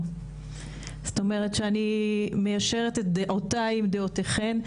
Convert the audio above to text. ושאני מיישרת את דעותיי עם דעותיכן.